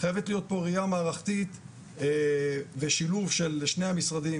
חייבת להיות פה ראיה מערכתית ושילוב של שני המשרדים,